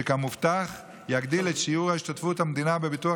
שכמובטח יגדיל את שיעור השתתפות המדינה בביטוח